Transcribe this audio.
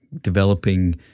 developing